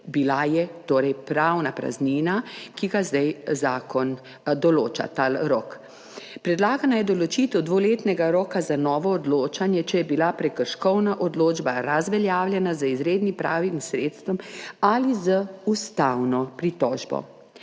torej pravna praznina, zdaj zakon določa ta rok. Predlagana je določitev dvoletnega roka za novo odločanje, če je bila prekrškovna odločba razveljavljena z izrednim pravnim sredstvom ali z ustavno pritožbo.